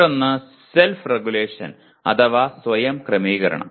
മറ്റൊന്ന് self regulation അഥവാ സ്വയം ക്രമീകരണം